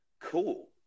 cool